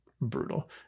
brutal